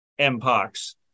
mpox